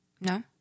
No